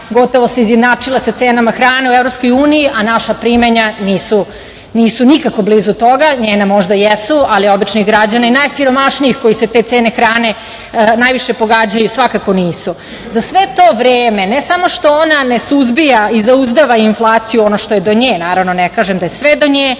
gotovo se izjednačile sa cenama hrane u EU, a naša primanja nisu nikako blizu toga, njena možda jesu, ali običnih građana najsiromašnijih koje te cene hrane najviše pogađaju svakako nisu? Za sve to vreme ne samo što ona ne suzbija i zauzdava inflaciju, ono što je do nje, naravno ne kažem da je sve do nje,